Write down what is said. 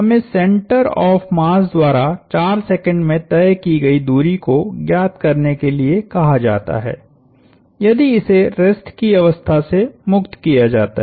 हमें centre of mass द्वारा 4 second में तय की गई दूरी को ज्ञात करने के लिए कहा जाता है यदि इसे रेस्ट की अवस्था से मुक्त किया जाता है